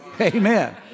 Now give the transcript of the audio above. Amen